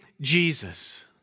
Jesus